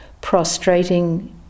prostrating